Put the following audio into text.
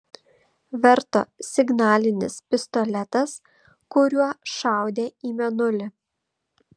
verto signalinis pistoletas kuriuo šaudė į mėnulį